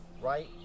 right